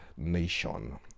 nation